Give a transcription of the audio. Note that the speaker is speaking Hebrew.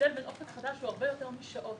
ההבדל בין אופק חדש הוא הרבה יותר משעות